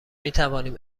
میتوانیم